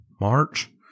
March